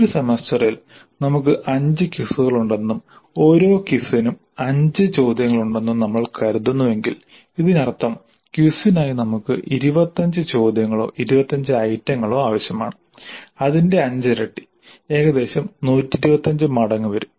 ഒരു സെമസ്റ്ററിൽ നമുക്ക് അഞ്ച് ക്വിസുകളുണ്ടെന്നും ഓരോ ക്വിസിനും അഞ്ച് ചോദ്യങ്ങളുണ്ടെന്നും നമ്മൾ കരുതുന്നുവെങ്കിൽ ഇതിനർത്ഥം ക്വിസിനായി നമുക്ക് 25 ചോദ്യങ്ങളോ 25 ഐറ്റങ്ങളോ ആവശ്യമാണ്അതിന്റെ അഞ്ചിരട്ടി ഏകദേശം 125 മടങ്ങ് വരും